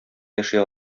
яши